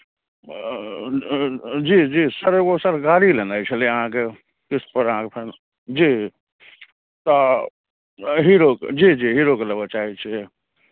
जी जी सर एगो सर गाड़ी लेनाइ छलै अहाँके किस्तपर अहाँके जी तऽ हीरोक जी जी हीरोके लेबय चाहै छियै